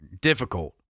difficult